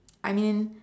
I mean